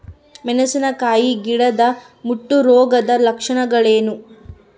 ಮೆಣಸಿನಕಾಯಿ ಗಿಡದ ಮುಟ್ಟು ರೋಗದ ಲಕ್ಷಣಗಳೇನು?